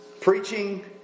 preaching